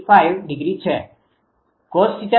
65 છે તેથી 𝜃149